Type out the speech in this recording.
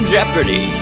Jeopardy